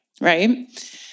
right